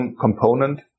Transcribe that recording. component